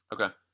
Okay